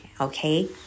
Okay